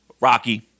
Rocky